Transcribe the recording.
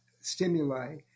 stimuli